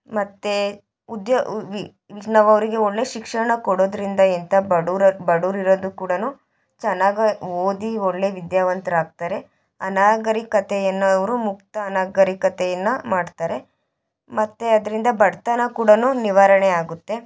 ಮತ್ತು ಉದ್ಯೊ ನಾವು ಅವರಿಗೆ ಒಳ್ಳೆಯ ಶಿಕ್ಷಣ ಕೊಡೋದರಿಂದ ಎಂಥ ಬಡವ್ರ ಬಡವ್ರಿರೋದು ಕೂಡನೂ ಚೆನ್ನಾಗಿ ಓದಿ ಒಳ್ಳೆಯ ವಿದ್ಯಾವಂತರಾಗ್ತಾರೆ ಅನಾಗರಿಕತೆಯನ್ನು ಅವರು ಮುಕ್ತ ಅನಾಗರಿಕತೆಯನ್ನು ಮಾಡ್ತಾರೆ ಮತ್ತು ಅದರಿಂದ ಬಡತನ ಕೂಡನೂ ನಿವಾರಣೆ ಆಗುತ್ತೆ